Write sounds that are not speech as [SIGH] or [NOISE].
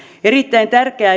erittäin tärkeää [UNINTELLIGIBLE]